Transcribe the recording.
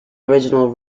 original